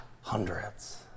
Hundreds